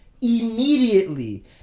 immediately